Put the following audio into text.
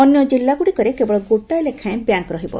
ଅନ୍ୟ ଜିଲ୍ଲାଗୁଡ଼ିକରେ କେବଳ ଗୋଟାଏ ଲେଖାଏଁ ବ୍ୟାଙ୍କ୍ ରହିବ